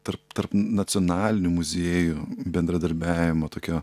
tarp tarp nacionalinių muziejų bendradarbiavimo tokio